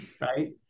right